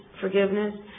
forgiveness